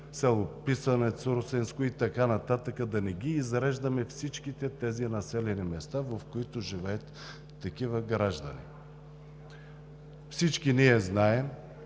село Писанец, Русенско и така нататък – да не ги изреждаме всичките населени места, в които живеят такива граждани. Всички знаем